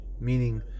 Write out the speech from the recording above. meaning